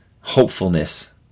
hopefulness